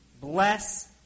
Bless